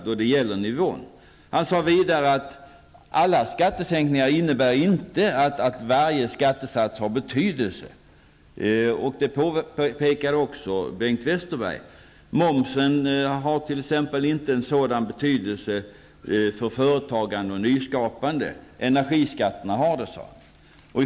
Statsministern sade vidare att alla skattesänkningar inte innebär att varje skattesats har betydelse. Också Bengt Westerberg påpekade detta. Momsen har t.ex. inte en sådan betydelse för företagande och nyskapande, men energiskatterna har det, sade han.